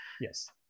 yes